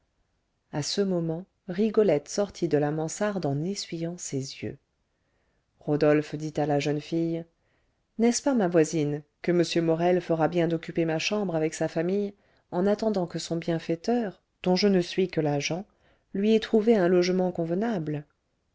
à ce moment rigolette sortit de la mansarde en essuyant ses yeux rodolphe dit à la jeune fille n'est-ce pas ma voisine que m morel fera bien d'occuper ma chambre avec sa famille en attendant que son bienfaiteur dont je ne suis que l'agent lui ait trouvé un logement convenable